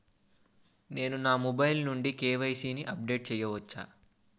నేను నా మొబైల్ నుండి కే.వై.సీ ని అప్డేట్ చేయవచ్చా?